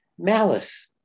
Malice